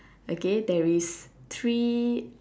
okay there is three